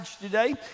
today